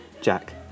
Jack